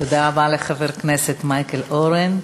תודה רבה לחבר הכנסת מייקל אורן,